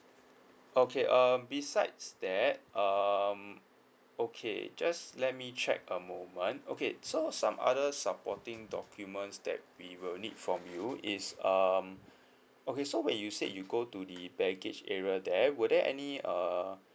okay um besides that um okay just let me check a moment okay so some other supporting documents that we will need from you is um okay so when you said you go to the baggage area there were there any err